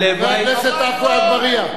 חבר הכנסת עפו אגבאריה.